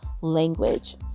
language